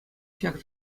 ҫак